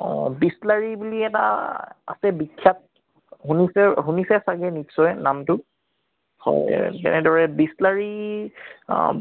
অঁ বিছলাৰী বুলি এটা আছে বিখ্যাত শুনিছে শুনিছে ছাগৈ নিশ্চয় নামটো হয় এনেদৰে বিছলাৰী